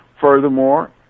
Furthermore